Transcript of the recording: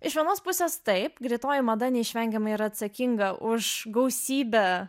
iš vienos pusės taip greitoji mada neišvengiamai yra atsakinga už gausybę